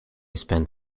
spent